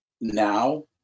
now